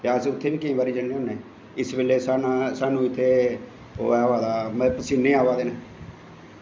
ते उत्थें बी केई बाकी जन्नें होनें इस बेल्लै इत्थें साह्नू पसीनें अवा दे न